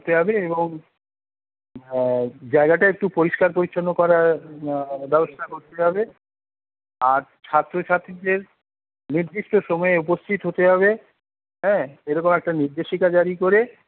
করতে হবে এবং হ্যাঁ জায়গাটা একটু পরিষ্কার পরিচ্ছন্ন করার ব্যবস্থা করতে হবে আর ছাত্র ছাত্রীদের নির্দিষ্ট সময়ে উপস্থিত হতে হবে হ্যাঁ এরকম একটা নির্দেশিকা জারি করে